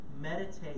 meditate